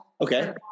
Okay